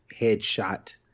headshot